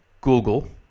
Google